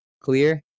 clear